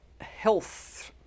health